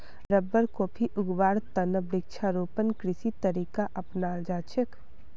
rubber, coffee उगव्वार त न वृक्षारोपण कृषिर तरीका अपनाल जा छेक